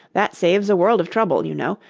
that saves a world of trouble, you know,